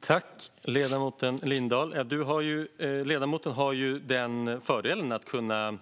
Herr talman! Tack, ledamoten Lindahl! Ledamoten har den fördelen att kunna